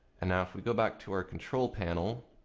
and now if we go back to our control panel